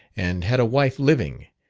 and had a wife living,